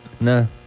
No